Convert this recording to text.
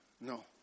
No